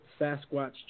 Sasquatch